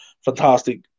fantastic